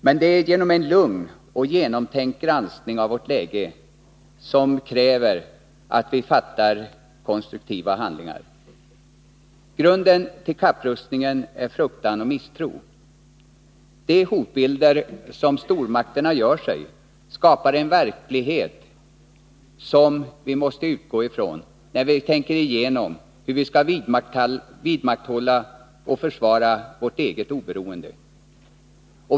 Men det är en lugn och genomtänkt granskning av vårt läge som krävs för att vi skall kunna utföra konstruktiva handlingar. Grunden till kapprustningen är fruktan och misstro. De hotbilder som stormakterna gör sig skapar en verklighet, som vi måste utgå från när vi tänker igenom hur vi skall vidmakthålla och försvara vårt eget oberoende.